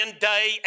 day